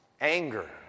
Anger